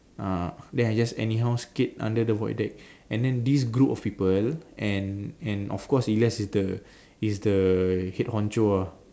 uh then I just anyhow skate under the void deck and then this group of people and and of course he let's is the head honcho ah